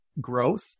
growth